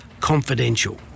confidential